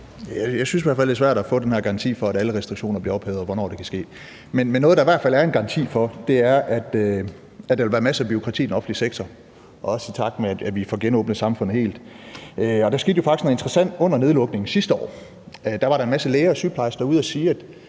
Jeg synes i hvert fald, det er svært at få den her garanti for, at alle restriktioner bliver ophævet, og hvornår det kan ske. Men noget, der i hvert fald er en garanti for, er, at der vil være en masse bureaukrati i den offentlige sektor, også i takt med at vi får genåbnet samfundet helt. Og der skete jo faktisk noget interessant under nedlukningen sidste år. Der var en masse læger og sygeplejersker ude og sige,